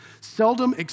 seldom